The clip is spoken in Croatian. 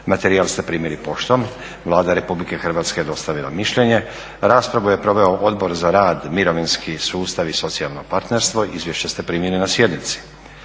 Materijal ste primili poštom. Vlada Republike Hrvatske je dostavila mišljenje. Raspravu je proveo Odbor za rad, mirovinski sustav i socijalno partnerstvo. Izvješće ste primili na sjednici.